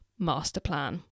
masterplan